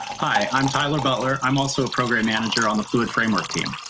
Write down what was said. hi, i'm tyler butler. i'm also a program manager on the fluid framework team.